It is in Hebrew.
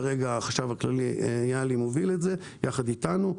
כרגע החשב הכללי מוביל את זה ביחד אתנו.